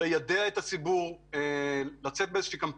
או ליידע את הציבור שלא ייעשה דברים